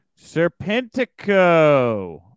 Serpentico